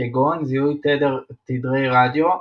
כגון זיהוי תדרי רדיו,